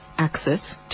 access